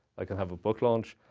i can have a book launch.